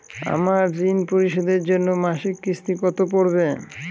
আমার ঋণ পরিশোধের জন্য মাসিক কিস্তি কত পড়বে?